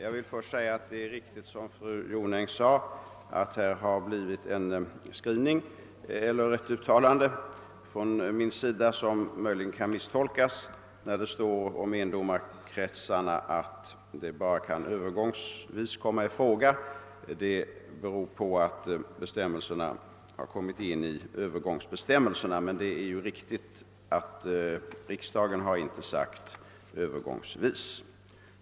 Herr talman! Det är riktigt som fru Jonäng påpekade, att mitt uttalande i svaret möjligen kan misstolkas, när jag har sagt att domstol med endast en domare »övergångsvis« kan komma i fråga. Detta gäller övergångsbestämmelserna, och riksdagen har inte i de definitiva bestämmelserna talat om att det skulle kunna ske endast »övergångsvis».